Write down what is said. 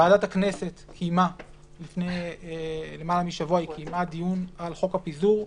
ועדת הכנסת קיימה לפני יותר משבוע דיון על חוק הפיזור.